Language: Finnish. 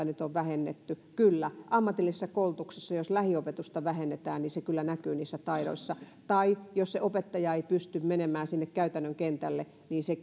nyt vähennetty kyllä ammatillisessa koulutuksessa jos lähiopetusta vähennetään niin se kyllä näkyy niissä taidoissa tai jos se opettaja ei pysty menemään sinne käytännön kentälle niin se